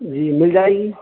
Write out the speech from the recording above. جی مل جائے گی